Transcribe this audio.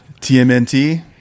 tmnt